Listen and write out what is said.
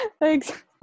Thanks